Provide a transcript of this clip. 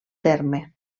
terme